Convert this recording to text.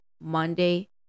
Monday